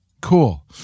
cool